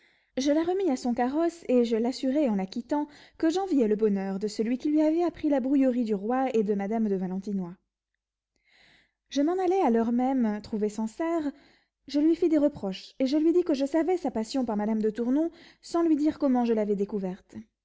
je la remis à son carrosse et je l'assurai en la quittant que j'enviais le bonheur de celui qui lui avait appris la brouillerie du roi et de madame de valentinois je m'en allai à l'heure même trouver sancerre je lui fis des reproches et je lui dis que je savais sa passion pour madame de tournon sans lui dire comment je l'avais découverte